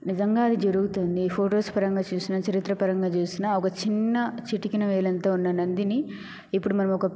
నిజంగా అది జరుగుతుంది ఫోటోస్ పరంగా చూసిన చరిత్ర పరంగా చూసిన ఒక చిన్న చిటికిన వేలు అంత ఉన్న నందిని ఇప్పుడు మనము ఒక